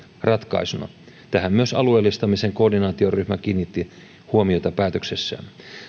ratkaisuna tähän myös alueellistamisen koordinaatioryhmä kiinnitti huomiota päätöksessään